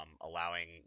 allowing